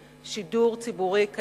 ציבורי.